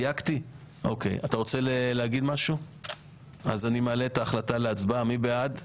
אני מעלה את ההחלטה להצבעה - מי בעד?